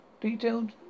detailed